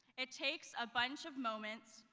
it takes a bunch of moments,